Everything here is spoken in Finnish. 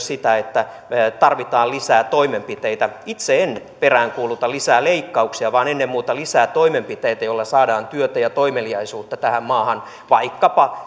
sitä että tarvitaan lisää toimenpiteitä itse en peräänkuuluta lisää leikkauksia vaan ennen muuta lisää toimenpiteitä joilla saadaan työtä ja toimeliaisuutta tähän maahan vaikkapa